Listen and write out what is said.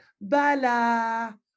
Bala